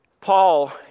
paul